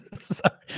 Sorry